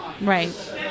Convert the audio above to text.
Right